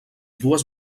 dues